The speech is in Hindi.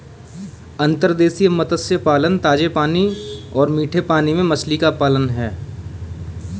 अंतर्देशीय मत्स्य पालन ताजे पानी और मीठे पानी में मछली का पालन है